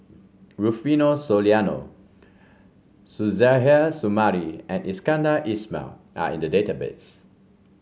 Rufino Soliano Suzairhe Sumari and Iskandar Ismail are in the database